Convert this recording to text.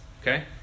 okay